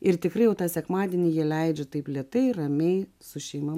ir tikrai jau tą sekmadienį ji leidžia taip lėtai ramiai su šeima